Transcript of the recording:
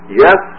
yes